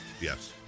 Yes